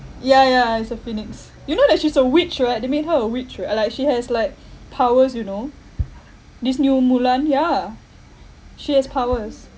ya ya is a phoenix you know that she's a witch right they made her a witch right uh like she has like powers you know this new mulan yeah she has powers